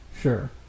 sure